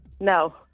No